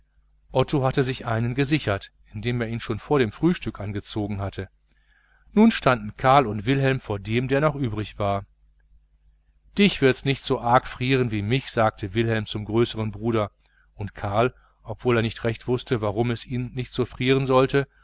otto hatte sich einen gesichert indem er ihn schon vor dem frühstück angezogen hatte nun standen karl und wilhelm vor dem einen der noch übrig war dich wird's nicht so arg frieren wie mich sagte wilhelm zum größeren bruder und karl obwohl er nicht recht wußte warum es ihn nicht so frieren sollte